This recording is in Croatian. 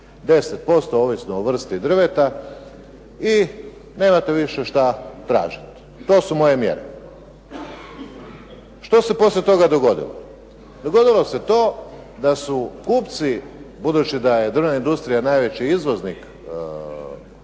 10% ovisno o vrsti drveta i nemate više šta tražiti. To su moje mjere. Što se poslije toga dogodilo? Dogodilo se to da su kupci budući da je drvna industrija najveći izvoznik i da